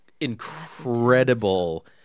incredible